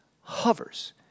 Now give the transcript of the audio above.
hovers